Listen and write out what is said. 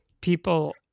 people